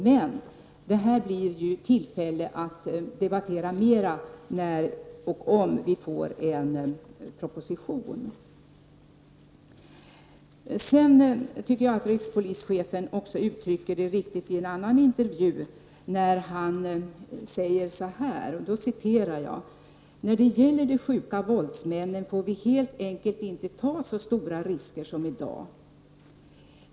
Men vi får väl tillfälle att debattera detta mera när och om vi får en proposition. Jag tycker att rikspolischefen uttrycker det riktigt i en intervju där han säger så här: ”När det gäller de sjuka våldsmännen får vi helt enkelt inte ta så stora risker som idag.